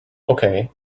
okay